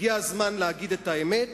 הגיע הזמן להגיד את האמת,